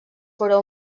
però